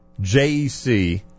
JEC